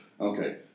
Okay